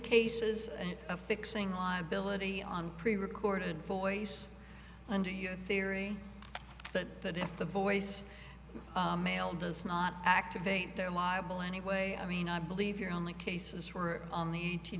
cases of fixing liability on pre recorded voice under your theory but that if the voice mail does not activate their liability way i mean i believe your only cases were on the